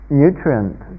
nutrient